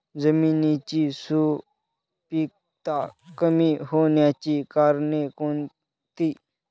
जमिनीची सुपिकता कमी होण्याची कारणे कोणती?